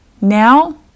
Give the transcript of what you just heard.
now